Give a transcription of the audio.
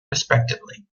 respectively